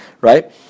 right